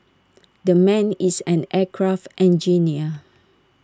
the man is an aircraft engineer